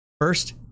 First